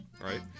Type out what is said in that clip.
right